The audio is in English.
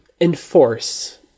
enforce